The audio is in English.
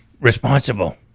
responsible